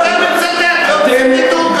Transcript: בגין ציטט,